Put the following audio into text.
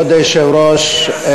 כבוד היושב-ראש,